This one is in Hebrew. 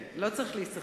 לא צריך להיסחף.